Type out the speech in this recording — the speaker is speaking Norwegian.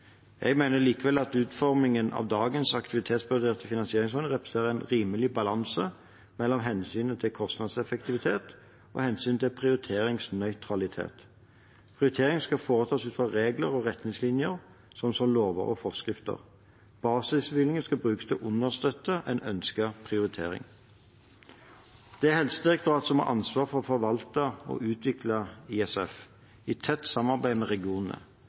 Jeg mener likevel at utformingen av dagens aktivitetsbaserte finansieringsordninger representerer en rimelig balanse mellom hensynet til kostnadseffektivitet og hensynet til prioriteringsnøytralitet. Prioriteringene skal foretas ut fra regler og retningslinjer, slik som lover og forskrifter. Basisbevilgningene skal brukes til å understøtte en ønsket prioritering. Det er Helsedirektoratet som har ansvaret for å forvalte og utvikle ISF, i tett samarbeid med regionene.